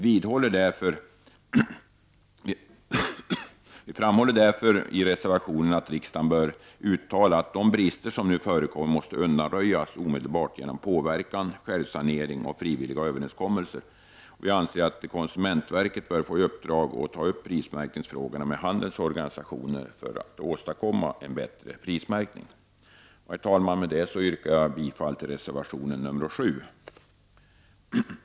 Vi framhåller därför i reservationen att riksdagen bör uttala att de brister som nu förekommer måste undanröjas omedelbart genom påverkan, självsanering och frivilliga överenskommelser. Konsumentverket bör få i uppdrag att ta upp prismärkningsfrågorna med handelns organisationer för att åstadkomma en bättre prismärkning. Herr talman! Jag yrkar bifall till reservation nr 7.